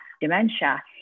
dementia